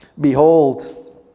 Behold